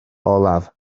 olaf